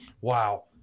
Wow